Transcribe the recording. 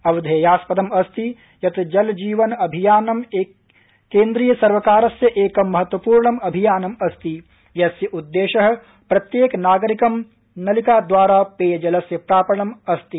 अवधेयास्पदम् अस्ति यत् जल जीवन आभीयानं केन्द्रीय सर्वकारस्य एकं महत्वपूर्णम् अभियानम् अस्ति यस्य उद्देश प्रत्येकनागरिकं नलिका द्वारा पेयजलस्य प्रापणम् अस्ति